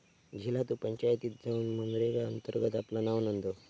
झिला तु पंचायतीत जाउन मनरेगा अंतर्गत आपला नाव नोंदव